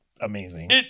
amazing